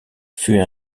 fut